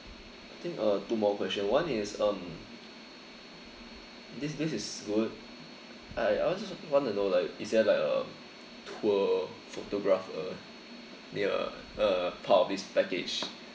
I think uh two more question one is um this this is good I I just want to know like is there like a tour photographer near uh part of this package